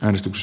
äänestys